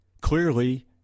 Clearly